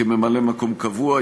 שכיהן כממלא-מקום קבוע,